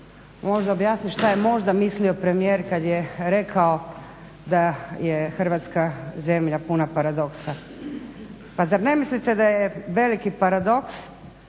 možda objasnit što je možda mislio premijer kad je rekao da je Hrvatska zemlja puna paradoksa. Pa zar ne mislite da je veliki paradoks